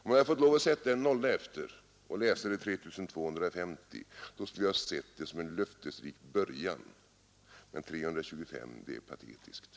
Om jag fick sätta en nolla efter och läsa 3 250, skulle jag ha sett det som en löftesrik början, men 325 är patetiskt.